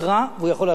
והוא יכול לעשות טוב.